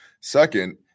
Second